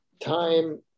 time